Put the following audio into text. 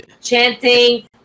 chanting